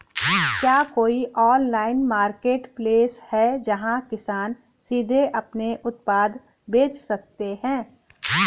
क्या कोई online marketplace है जहाँ किसान सीधे अपने उत्पाद बेच सकते हैं?